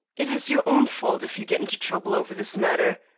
it is your own fault if you get into trouble over this matter.